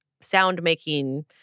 sound-making